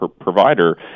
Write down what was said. provider